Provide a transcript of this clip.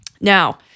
Now